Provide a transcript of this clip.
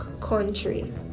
country